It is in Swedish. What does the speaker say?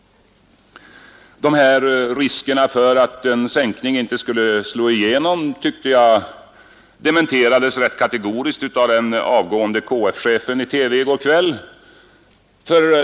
Dessa risker för att en sänkning inte skulle slå igenom tyckte jag dementerades rätt kategoriskt av den avgående KF-chefen i TV i går kväll.